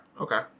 okay